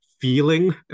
feeling